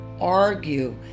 argue